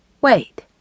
wait